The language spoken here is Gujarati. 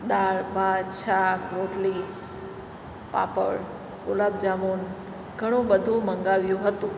દાળ ભાત શાક રોટલી પાપડ ગુલાબજાંબુ ઘણું બધું મગાવ્યું હતું